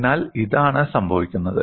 അതിനാൽ ഇതാണ് സംഭവിക്കുന്നത്